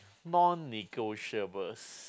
non negotiables